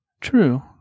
true